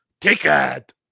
ticket